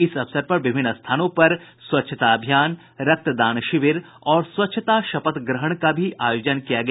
इस अवसर पर विभिन्न स्थानों पर स्वच्छता अभियान रक्त दान शिविर और स्वच्छता शपथ ग्रहण का भी आयोजन किया गया